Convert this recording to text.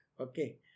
Okay